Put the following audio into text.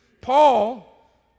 Paul